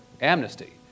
amnesty